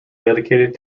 dedicated